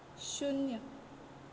शुन्य